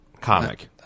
comic